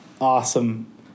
awesome